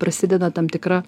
prasideda tam tikra